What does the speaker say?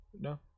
no